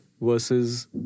versus